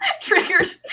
Triggered